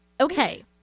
Okay